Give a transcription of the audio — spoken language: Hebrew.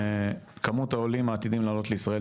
כמות העולים העתידים לעלות לישראל,